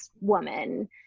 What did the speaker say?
woman